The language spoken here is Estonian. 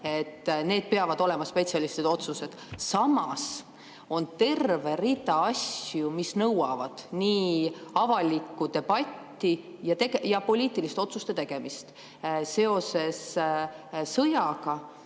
Need peavad olema spetsialistide otsused. Samas on terve rida asju, mis nõuavad avalikku debatti ja poliitiliste otsuste tegemist. Seoses sõjaga